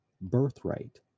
birthright